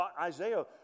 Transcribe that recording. Isaiah